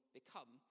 become